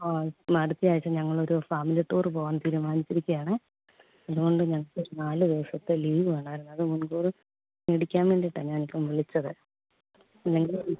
ആ ചുമ്മ അടുത്ത ആഴ്ച്ച ഞങ്ങളൊരു ഫാമിലി ടൂറ് പോവാന് തീരുമാനിച്ചിരിക്കുകയാണ് അതുകൊണ്ട് ഞങ്ങൾക്കൊരു നാല് ദിവസത്തെ ലീവ് വേണമായിരുന്നു അത് മുന്കൂർ മേടിക്കാന് വേണ്ടയിട്ടാണ് ഞാനിപ്പം വിളിച്ചത് നിങ്ങൾ ഈ